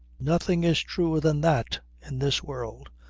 nothing is truer than that, in this world,